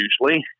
usually